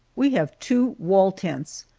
we have two wall tents,